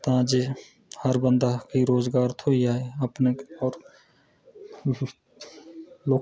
तां जे हर बंदे गी रोज़गार थ्होई जाए